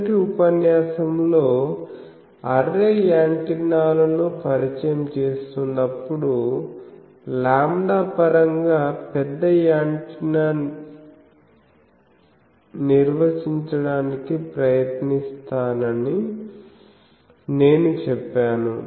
మొదటి ఉపన్యాసంలో అర్రే యాంటెన్నాల ను పరిచయం చేస్తున్నప్పుడు లాంబ్డా పరంగా పెద్ద యాంటెన్నా నిరించడానికి ప్రయత్నిస్తానని నేను చెప్పాను